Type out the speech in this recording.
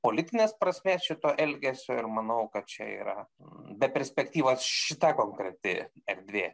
politinės prasmės šito elgesio ir manau kad čia yra be perspektyvas šita konkreti erdvė